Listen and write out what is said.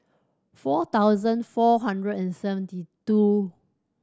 four thousand four hundred and seventy two